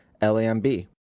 L-A-M-B